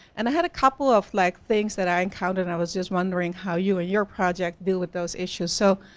and i had a couple of like things that i encountered, and i was just wondering how you and ah your project deal with those issues, so,